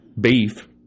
beef